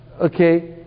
Okay